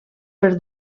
per